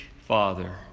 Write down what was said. Father